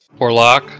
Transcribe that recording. Orlock